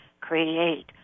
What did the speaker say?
create